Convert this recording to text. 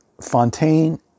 Fontaine